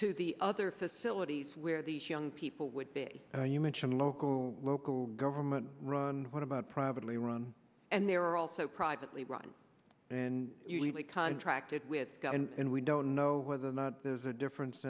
to the other facilities where these young people would be and you mention local local government run what about privately run and there are also privately run and really contracted with and we don't know whether or not there's a difference